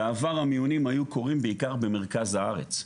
בעבר המיונים היום קורים בעיקר במרכז הארץ.